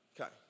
okay